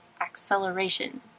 acceleration